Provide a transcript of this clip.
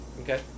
Okay